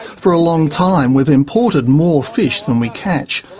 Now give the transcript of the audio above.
for a long time, we've imported more fish than we catch,